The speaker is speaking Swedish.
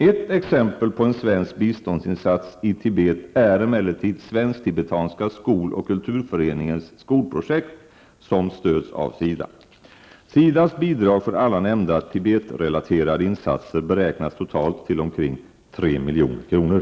Ett exempel på en svensk biståndsinsats i Tibet är emellertid Svensk-tibetanska skol och kulturföreningens skolprojekt som stöds av SIDA. SIDAs bidrag för alla nämnda Tibetrelaterade insatser beräknas totalt till omkring 3 milj.kr.